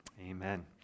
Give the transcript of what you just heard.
Amen